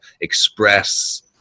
express